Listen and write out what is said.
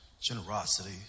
generosity